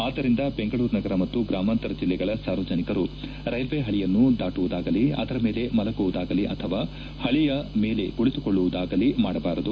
ಆದ್ದರಿಂದ ಬೆಂಗಳೂರು ನಗರ ಮತ್ತು ಗ್ರಾಮಾಂತರ ಜಿಲ್ಲೆಗಳ ಸಾರ್ವಜನಿಕರು ರೈಲ್ವೆ ಪಳಿಯನ್ನು ದಾಟುವುದಾಗಲಿ ಅದರ ಮೇಲೆ ಮಲಗುವುದಾಗಲಿ ಅಥವಾ ಹಳಿಯ ಮೇಲೆ ಕುಳಿತುಕೊಳ್ಳುವುದಾಗಲಿ ಮಾಡಬಾರದು